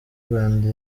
rwanda